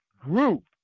group